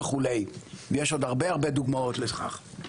יש עוד הרבה-הרבה דוגמאות לכך.